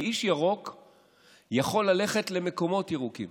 כי איש ירוק יכול ללכת למקומות ירוקים.